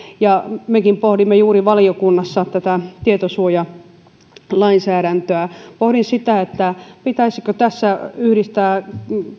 ja mekin pohdimme valiokunnassa juuri tätä tietosuojalainsäädäntöä pohdin sitä pitäisikö tässä yhdistää